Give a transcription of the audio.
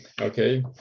Okay